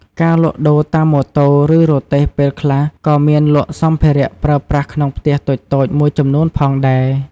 ការលក់ដូរតាមម៉ូតូ ឬរទេះពេលខ្លះក៏មានលក់សម្ភារៈប្រើប្រាស់ក្នុងផ្ទះតូចៗមួយចំនួនផងដែរ។